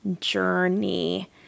journey